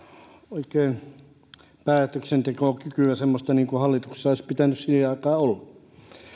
oikein semmoista päätöksentekokykyä niin kuin hallituksessa olisi pitänyt siihen aikaan olla